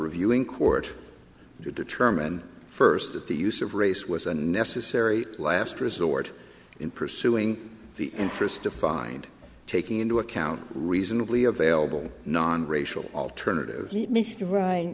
reviewing court to determine first that the use of race was a necessary last resort in pursuing the interests defined taking into account reasonably available nonracial alternative m